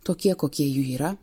tokie kokie jų yra